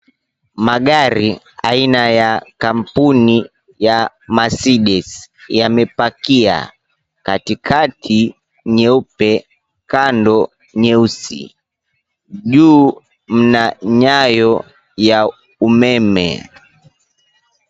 Magari aina ya kampuni ya Mercedes yamepakia, katikati nyeupe, kando nyeusi. Juu mna nyayo ya umeme.